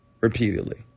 Repeatedly